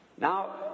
Now